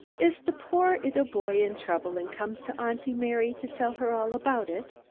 is the poor ittle boy in trouble and come to auntie mary to tell her all about it?